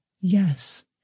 Yes